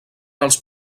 els